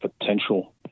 potential